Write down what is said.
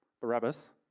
Barabbas